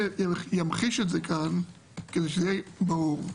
אמחיש את זה כאן כדי שזה יהיה ברור.